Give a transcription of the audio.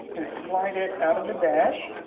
and slide it out of the dash.